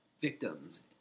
victims